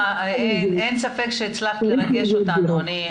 אין ספק שהצלחת לרגש אותנו.